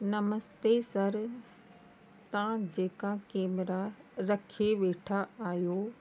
नमस्ते sir तव्हां जेका camera रखी वेठा आहियो